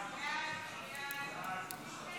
ההצעה להעביר את הצעת